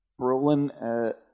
Brolin